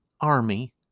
army